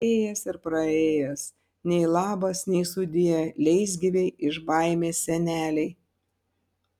ėjęs ir praėjęs nei labas nei sudie leisgyvei iš baimės senelei